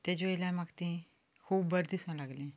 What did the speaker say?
ताजे वयल्यान म्हाका तें खूब बरें दिसूंक लागलें